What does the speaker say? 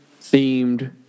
themed